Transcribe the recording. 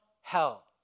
hell